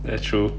that's true